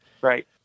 Right